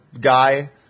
guy